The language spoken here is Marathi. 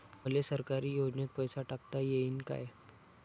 मले सरकारी योजतेन पैसा टाकता येईन काय?